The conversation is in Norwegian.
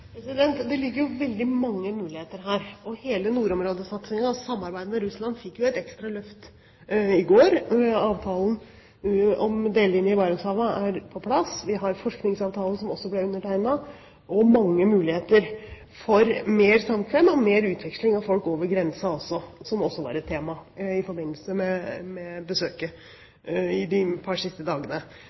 Det ligger veldig mange muligheter her. Hele nordområdesatsingen og samarbeidet med Russland fikk jo et ekstra løft i går. Avtalen om delelinje i Barentshavet er på plass. Vi har forskningsavtalen som også ble undertegnet, og mange muligheter for mer samkvem og mer utveksling av folk over grensen, som også har vært et tema i forbindelse med besøket de siste par dagene.